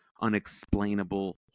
unexplainable